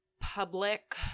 public